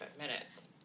minutes